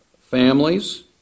families